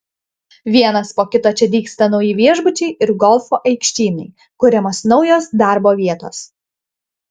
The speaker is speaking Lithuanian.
vienas po kito čia dygsta nauji viešbučiai ir golfo aikštynai kuriamos naujos darbo vietos